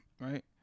Right